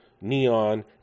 Neon